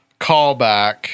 callback